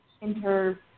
inter